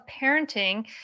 parenting